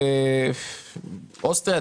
אוסטריה,